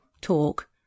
talk